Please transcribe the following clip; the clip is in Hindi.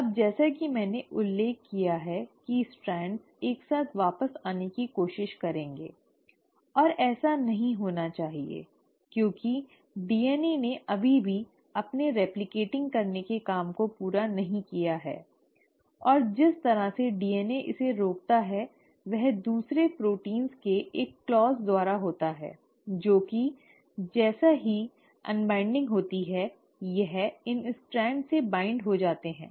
अब जैसा कि मैंने उल्लेख किया है कि स्ट्रैड्स एक साथ वापस आने की कोशिश करेंगे और ऐसा नहीं होना चाहिए क्योंकि DNA ने अभी भी अपने रिप्लकेटिंग करने के काम को पूरा नहीं किया है और जिस तरह से DNA इसे रोकता है वह दूसरे प्रोटीन के एक खंड द्वारा होता है जो कि जैसे ही अन्वाइन्डिंग होती है यह इन स्ट्रैंड्स से बाइंड हो जाते हैं